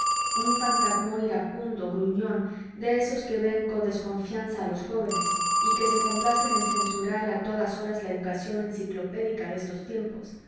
un fantasmón iracundo gruñón de esos que ven con desconfianza a los jóvenes y que se complacen en censurar a todas horas la educación enciclopédica de estos tiempos